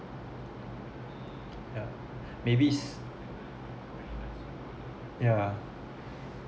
yeah maybe it's yeah